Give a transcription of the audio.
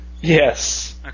Yes